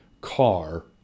car